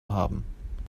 haben